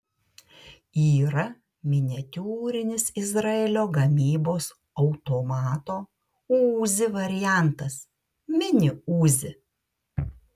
yra miniatiūrinis izraelio gamybos automato uzi variantas mini uzi